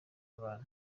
abana